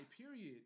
period